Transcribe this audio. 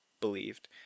believed